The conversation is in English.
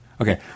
Okay